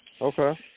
Okay